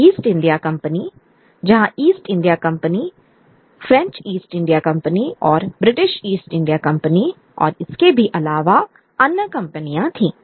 east India company जहां Dutch East India company French East India company और British East India company और इसके भी अलावा अन्य कंपनियां थीं